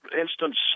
instance